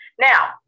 Now